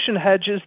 hedges